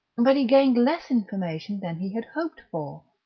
but he gained less information than he had hoped for.